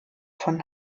von